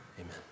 amen